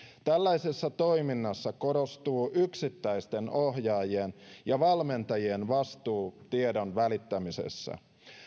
tällaisessa toiminnassa korostuu yksittäisten ohjaajien ja valmentajien vastuu tiedon välittämisessä